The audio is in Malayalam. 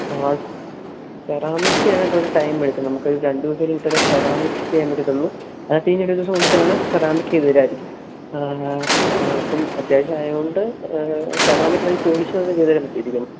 ആ സെറാമിക് ചെയ്യണമെങ്കില് കുറച്ച് ടൈം എടുക്കും നമുക്ക് രണ്ട് ദിവസം എങ്കിലും കിട്ടിയാലേ സെറാമിക് ചെയ്യാൻ പറ്റത്തുള്ളൂ അല്ലാതെ ഇനി ഒരു ദിവസം കൊണ്ടുത്തരുവാണെങ്കില് സെറാമിക് ചെയ്തു തരുമായിരിക്കും ഇപ്പോള് അത്യാവശ്യം ആയതുകൊണ്ട് സെറാമിക് അല്ല പോളിഷ് മാത്രം ചെയ്തു തരാൻ പറ്റുമായിരിക്കും